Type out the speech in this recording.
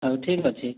ହଉ ଠିକ୍ ଅଛି